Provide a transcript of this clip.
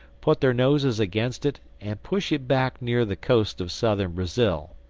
put their noses against it and push it back near the coast of southern brazil.